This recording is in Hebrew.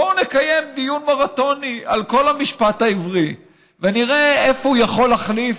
בואו נקיים דיון מרתוני על כל המשפט העברי ונראה איפה הוא יכול להחליף,